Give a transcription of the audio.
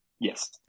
Yes